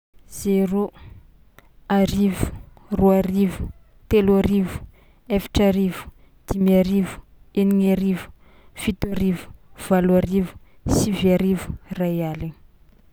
Zéro, arivo, roa arivo, telo arivo, efatra arivo, dimy arivo, enigna arivo, fito arivo, valo arivo, sivy arivo, ray aligny.